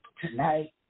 Tonight